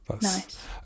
Nice